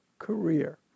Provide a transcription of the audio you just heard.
career